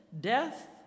death